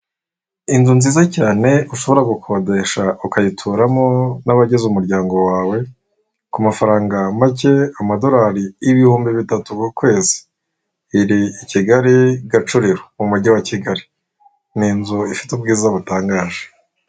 Inzu nziza cyane ushobora gukodesha ukayituramo n'abagize umuryango wawe, ku mafaranga make amadorari ibihumbi bitatu ku kwezi, iri i Kigali Gacuriro mu Mujyi wa Kigali. Ni inzu ifite ubwiza butangaje.